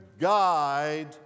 guide